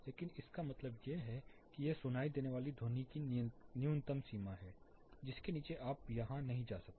लेकिन इसका मतलब यह है कि यह सुनाई देने वाली ध्वनि की न्यूनतम सीमा है जिसके नीचे आप यहां नहीं जा सकते